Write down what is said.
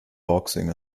boxing